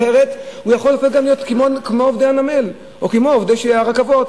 אחרת הוא יכול גם להיות כמו עובדי הנמל או כמו עובדי הרכבות.